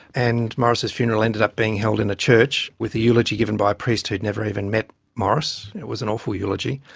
and morris's funeral ended up being held in a church with the eulogy given by a priest who had never even met morris. it was an awful eulogy.